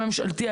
הממשלתי,